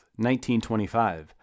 1925